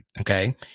Okay